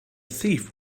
thief